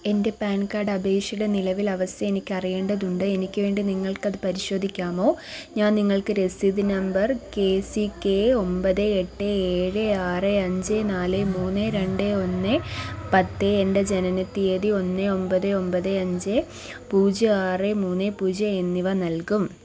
എൻ്റെ PAN card അപേക്ഷയുടെ നിലവിലെ അവസ്ഥ എനിക്ക് അറിയേണ്ടതുണ്ട് എനിക്ക് വേണ്ടി നിങ്ങൾക്ക് അത് പരിശോധിക്കാമോ ഞാൻ നിങ്ങൾക്ക് രസീത് നമ്പർ കെ സി കെ ഒമ്പത് എട്ട് ഏഴ് ആറ് അഞ്ച് നാല് മൂന്ന് രണ്ട് ഒന്ന് പത്ത് എൻ്റെ ജനനത്തീയതി ഒന്ന് ഒമ്പത് ഒമ്പത് അഞ്ച് പൂജ്യം ആറ് മുന്നേ പൂജ്യം എന്നിവ നൽകും